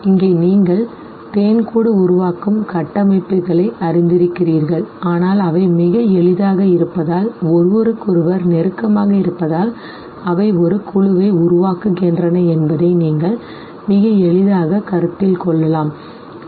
இங்கே நீங்கள் தேன்கூடு உருவாக்கும் கட்டமைப்புகளை அறிந்திருக்கிறீர்கள் ஆனால் அவை மிக எளிதாக இருப்பதால் ஒருவருக்கொருவர் நெருக்கமாக இருப்பதால் அவை ஒரு குழுவை உருவாக்குகின்றன என்பதை நீங்கள் மிக எளிதாக கருத்தில் கொள்ளலாம் சரி